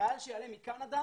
חייל שיעלה מקנדה